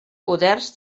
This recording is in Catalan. poders